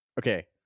Okay